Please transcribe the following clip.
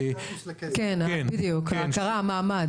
ההערה